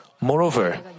Moreover